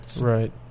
right